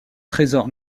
trésor